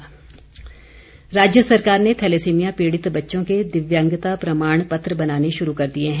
certificate राज्य सरकार ने थैलेसीमिया पीड़ित बच्चों के दिव्यांगता प्रमाण पत्र बनाने शुरू कर दिए हैं